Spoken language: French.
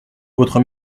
votre